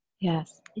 yes